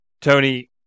Tony